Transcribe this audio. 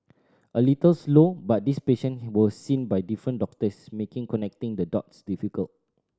a little slow but these patient was seen by different doctors making connecting the dots difficult